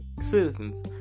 citizens